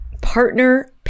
Partner